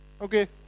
Okay